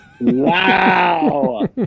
Wow